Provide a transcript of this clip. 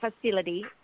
facility